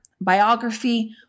biography